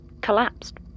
collapsed